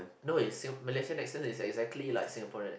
no is Malaysian accent is exactly like Singaporean accent